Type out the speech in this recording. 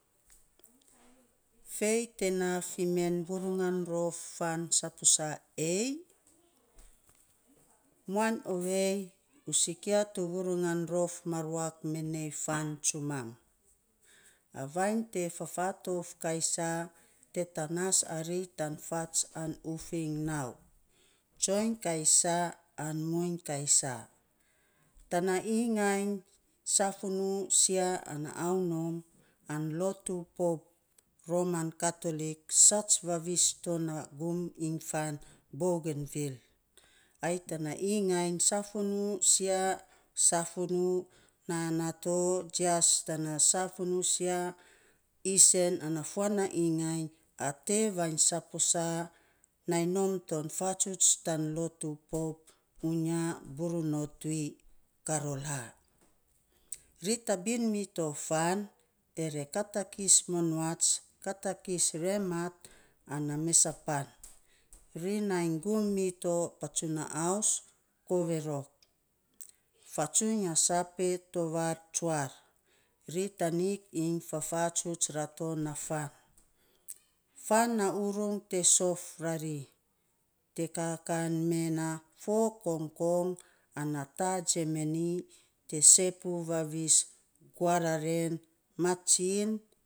Fei t naa fi men vurungan rof saposa ei? muan ovei u sikia tu vurungan rof ma ruak mee nei fan tsumam. A vainy te fafatouf kaisaa, te tanas ari tan fats an ufiny nau. Tsoiny kaisa muiny kaisaa. Tana ingainy safunuu, sikia ana aunom, an lotu pop, roman catholic saats vavis tona gima iny fan bogenvill, ai tana ingainy safunuu sia naa nato jias, tana safunuu, sia, isen ana fuan na ingain y, a tee vainy saposa nai nom ton fatsuts tan lotu pop uyaburonotsui, karola, ri tabin mito fan ere katakis mounats, katakis remat ana mesa pan, ri nai gum mito patsunaaus koverok, fatsuiny a saape tovar tsuar, ri tanik iny fafatsuts rato na fan. Fan na urung te sof, rari, te kaa kan me na fo kongkong ana taa jemani, te sepuu vav is guararen matsiny